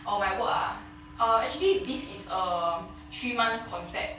orh my work ah err actually this is a three months contact